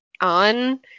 on